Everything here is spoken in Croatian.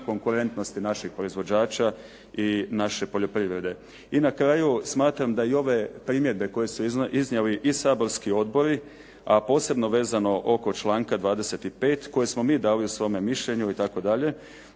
konkurentnosti naših proizvođača i naše poljoprivrede. I na kraju smatram da ove primjedbe koje su iznijeli i saborski odbori a posebno vezano oko članka 25 koje smo mi dali u svome mišljenju itd.,